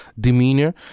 demeanor